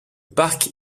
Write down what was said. parc